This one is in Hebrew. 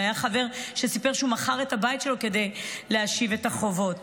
והיה חבר שסיפר שהוא מכר את הבית שלו כדי להשיב את החובות.